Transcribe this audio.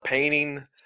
Painting